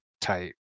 type